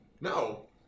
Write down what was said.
No